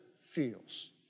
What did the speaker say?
feels